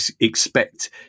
expect